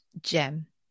gem